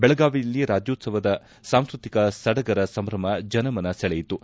ಬೆಳಗಾವಿಯಲ್ಲಿ ರಾಜ್ಯೊತ್ಸವದ ಸಾಂಸ್ವತಿಕ ಸಡಗರ ಸಂಭ್ರಮ ಜನಮನ ಸೆಳೆಯಿತು